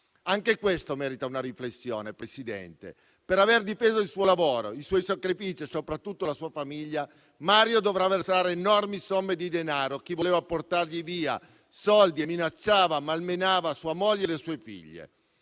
Anche questo merita una riflessione, Presidente: per aver difeso il suo lavoro, i suoi sacrifici e soprattutto la sua famiglia, Mario dovrà versare enormi somme di denaro a chi voleva portargli via i soldi e minacciava e malmenava sua moglie e le sue figlie.